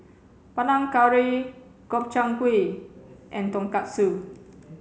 Panang Curry Gobchang Gui and Tonkatsu